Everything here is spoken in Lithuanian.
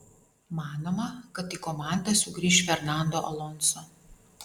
manoma kad į komandą sugrįš fernando alonso